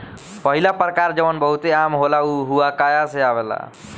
पहिला प्रकार जवन बहुते आम होला उ हुआकाया से आवेला